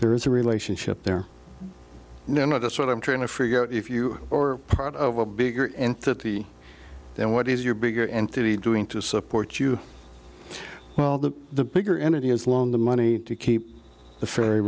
there is a relationship there know that's what i'm trying to figure out if you or part of a bigger entity than what is your bigger entity doing to support you well the bigger entity has loaned the money to keep the ferry